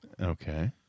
Okay